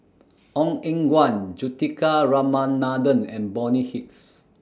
Ong Eng Guan Juthika Ramanathan and Bonny Hicks